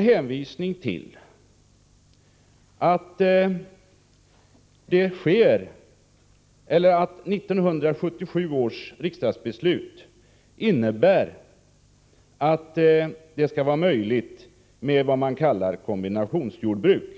hänvisar man till 1977 års riksdagsbeslut i detta sammanhang, som bl.a. innebär att det skall vara möjligt att förvärva vad man kallar kombinationsjordbruk.